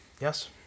Yes